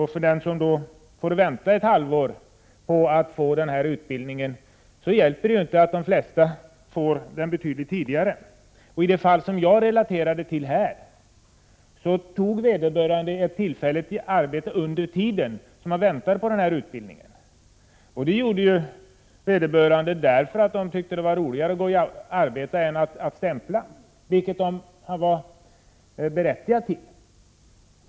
För den som får vänta ett halvår på att få den här utbildningen hjälper det inte att de flesta får den betydligt tidigare. I det fall som jag relaterade till i min fråga tog vederbörande ett tillfälligt arbete under tiden som han väntade på utbildning. Det gjorde han därför att han tyckte det var trevligare att arbeta än att stämpla, vilket han hade varit berättigad till.